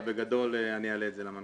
אבל בגדול, אני אעלה את זה למנכ"ל.